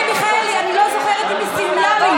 לגבי חברת הכנסת מיכאלי